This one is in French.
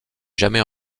jamais